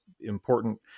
important